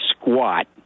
squat